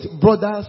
brothers